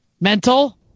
mental